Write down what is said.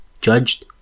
judged